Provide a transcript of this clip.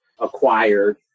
acquired